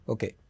Okay